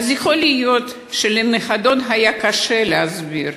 אז יכול להיות שלנכדות היה קשה להסביר,